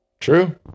true